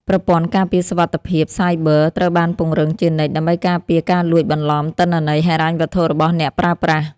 ប្រព័ន្ធការពារសុវត្ថិភាពសាយប័រត្រូវបានពង្រឹងជានិច្ច ដើម្បីការពារការលួចបន្លំទិន្នន័យហិរញ្ញវត្ថុរបស់អ្នកប្រើប្រាស់។